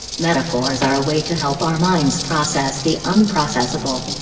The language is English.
metaphors are a way to help our minds process the unprocessible.